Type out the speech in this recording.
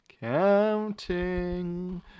Counting